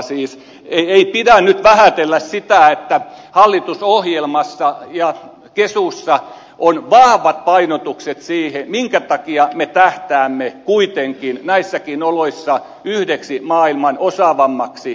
siis ei pidä nyt vähätellä sitä että hallitusohjelmassa ja kesussa on vahvat painotukset siihen minkä takia me tähtäämme kuitenkin näissäkin oloissa yhdeksi maailman osaavimmaksi kansaksi